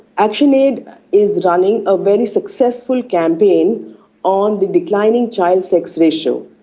actionaid is running a very successful campaign on the declining child sex ratio,